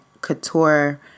couture